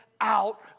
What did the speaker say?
out